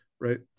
right